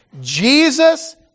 jesus